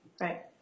right